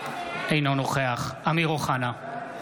אינו נוכח אמיר אוחנה,